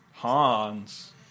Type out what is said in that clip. Hans